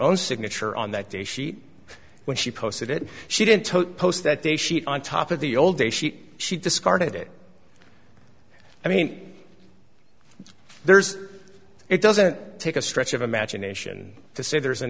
own signature on that day sheet when she posted it she didn't post that day sheet on top of the old day she she discarded it i mean there's it doesn't take a stretch of imagination to say there's an